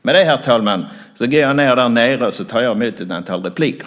Med det, herr talman, går jag ned från talarstolen och tar emot ett antal repliker.